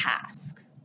task